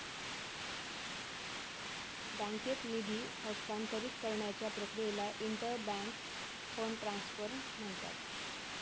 बँकेत निधी हस्तांतरित करण्याच्या प्रक्रियेला इंटर बँक फंड ट्रान्सफर म्हणतात